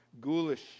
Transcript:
ghoulish